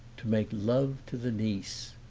to make love to the niece.